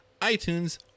iTunes